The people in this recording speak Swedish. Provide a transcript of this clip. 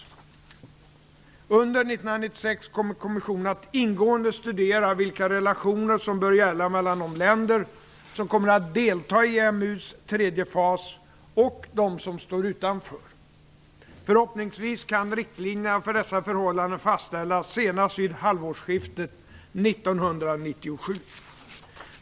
Under 1996 kommer kommissionen att ingående studera vilka relationer som bör gälla mellan de länder som kommer att delta i EMU:s tredje fas och dem som står utanför. Förhoppningsvis kan riktlinjerna för dessa förhållanden fastställas senast vid halvårsskiftet 1997.